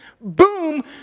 Boom